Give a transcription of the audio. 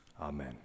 Amen